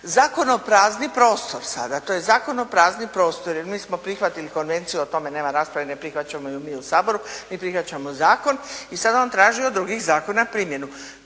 zakonoprazni prostor. To je zakonoprazni prostor jer mi smo prihvatili konvenciju, o tome nema rasprave, ne prihvaćamo ju mi Saboru, mi prihvaćamo zakon i sad on traži od drugih zakona primjenu.